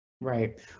right